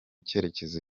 cyerekezo